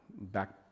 back